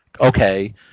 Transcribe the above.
Okay